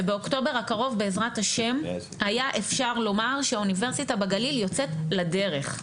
ובאוקטובר הקרוב בעזרת ה' היה אפשר למומר שאוניברסיטה בגליל יוצאת לדרך.